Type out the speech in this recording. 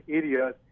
areas